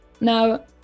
Now